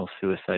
Suicide